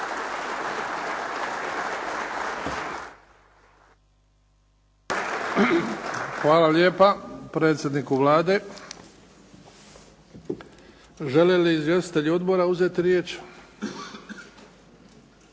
Hvala lijepa predsjedniku Vlade. Žele li izvjestitelji odbora uzeti riječ?